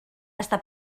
està